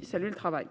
concerne les